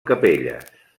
capelles